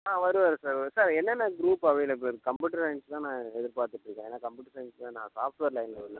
ஆ வருவார் sir sir என்னென்ன group அவைளபுலில் இருக்குது கம்ப்யூட்டர் சயின்ஸு தான் நான் எதிர் பார்த்துட்ருக்கேன் ஏன்னால் கம்ப்யூட்டர் சயின்ஸு தான் நான் சாஃப்ட்டுவேர் லைனில் இருந்தேன்